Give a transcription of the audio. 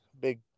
big